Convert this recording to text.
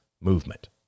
movement